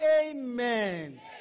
amen